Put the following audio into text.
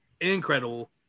incredible